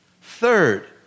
Third